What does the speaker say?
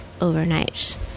overnight